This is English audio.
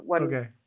Okay